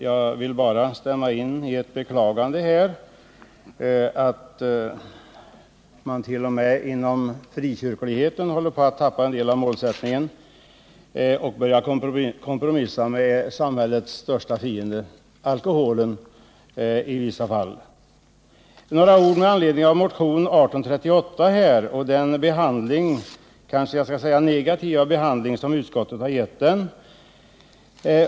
Jag vill bara instämma i beklagandet av att man t.o.m. inom frikyrkligheten håller på att tappa en del av sin målsättning och i vissa fall börjar kompromissa med samhällets största fiende, alkoholen. Några ord med anledning av motion 1838 och den negativa behandling som utskottet har givit den.